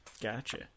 gotcha